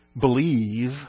believe